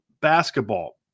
basketball